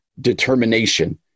determination